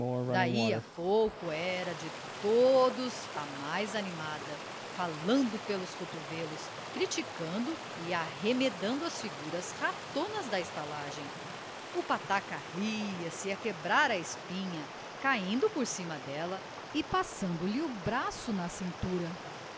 daí a pouco era de todos a mais animada falando pelos cotovelos criticando e arremedando as figuras ratonas da estalagem o pataca ria-se a quebrar a espinha caindo por cima dela e passando-lhe o braço na cintura